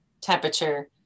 temperature